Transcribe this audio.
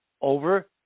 over